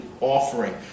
offering